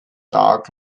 dark